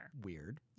Weird